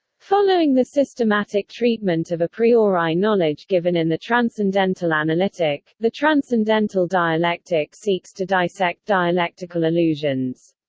following the systematic treatment of a priori knowledge given in the transcendental analytic, the transcendental dialectic seeks to dissect dialectical illusions.